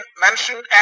mentioned